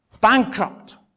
Bankrupt